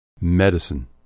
Medicine